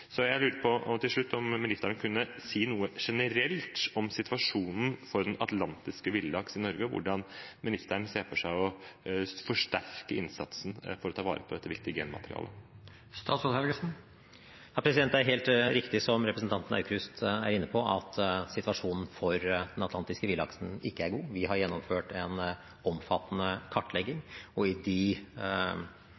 Så jeg lurte på til slutt om ministeren kunne si noe generelt om situasjonen for den atlantiske villaks i Norge, og hvordan ministeren ser for seg å forsterke innsatsen for å ta vare på dette viktige genmaterialet. Det er helt riktig, som representanten Aukrust er inne på, at situasjonen for den atlantiske villaksen ikke er god. Vi har gjennomført en omfattende kartlegging,